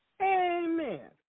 Amen